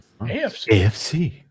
AFC